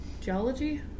geology